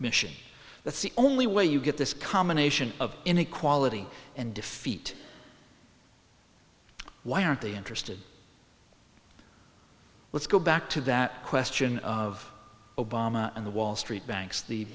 mission that's the only way you get this combination of inequality and defeat why aren't they interested let's go back to that question of obama and the wall street banks the